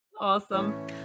Awesome